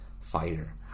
fighter